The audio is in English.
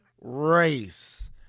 race